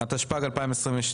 -- התשפ"ג-2022,